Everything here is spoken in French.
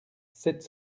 sept